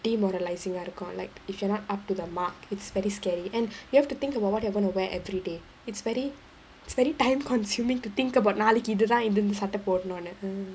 demoralising ah இருக்கும்:irukkum like if you're not up to the mark it's very scary and you have to think about what you are going to wear everyday it's very it's very time consuming to think about நாளைக்கு இதுதா இது சட்ட போடனுனு:naalaikku ithuthaa ithu satta podanunu